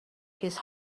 his